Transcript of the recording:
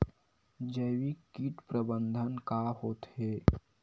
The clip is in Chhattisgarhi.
जैविक कीट प्रबंधन का होथे?